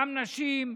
גם נשים,